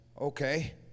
okay